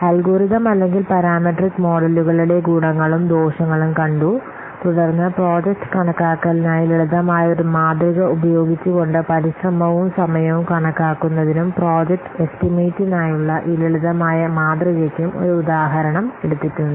algorithm അല്ലെങ്കിൽ parametric മോഡലുകളുടെ ഗുണങ്ങളും ദോഷങ്ങളും കണ്ടു തുടർന്ന് പ്രോജക്റ്റ് കണക്കാക്കലിനായി ലളിതമായ ഒരു മാതൃക ഉപയോഗിച്ചുകൊണ്ട് പരിശ്രമവും സമയവും കണക്കാക്കുന്നതിനും പ്രോജക്റ്റ് എസ്റ്റിമേറ്റിനായുള്ള ഈ ലളിതമായ മാതൃകയ്ക്കും ഒരു ഉദാഹരണം എടുത്തിട്ടുണ്ട്